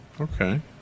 Okay